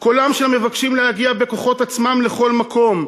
קולם של המבקשים להגיע בכוחות עצמם לכל מקום,